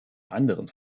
anderen